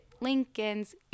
Lincoln's